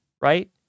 right